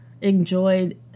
Enjoyed